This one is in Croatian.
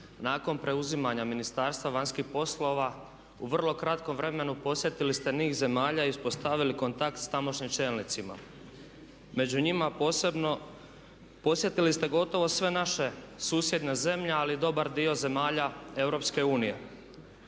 Nakon preuzimanja Ministarstva vanjskih poslova u vrlo kratkom vremenu podsjetili ste niz zemalja i uspostavili kontakt sa tamošnjim čelnicima. Među njima posebno podsjetili ste gotovo sve naše susjedne zemlje ali i dobar dio zemalja EU. Zanima